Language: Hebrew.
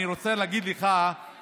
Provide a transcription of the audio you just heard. אני רוצה להגיד לך,